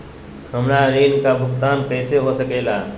हमरा ऋण का भुगतान कैसे हो सके ला?